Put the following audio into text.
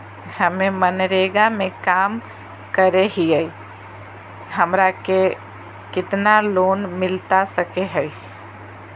हमे मनरेगा में काम करे हियई, हमरा के कितना लोन मिलता सके हई?